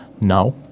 now